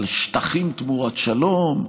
על שטחים תמורת שלום,